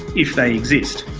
if they exist,